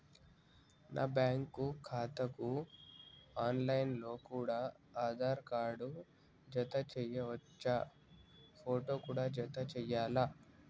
నా బ్యాంకు ఖాతాకు online లో కూడా ఆధార్ కార్డు జత చేయవచ్చా ఫోటో కూడా జత చేయాలా?